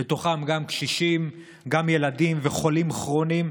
ובהם גם קשישים, גם ילדים וחולים כרוניים,